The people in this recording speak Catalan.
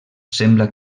sembla